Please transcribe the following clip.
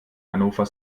hannover